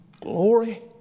glory